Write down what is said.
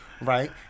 right